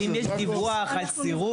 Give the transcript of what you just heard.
אבל אם יש דיווח על סירוב,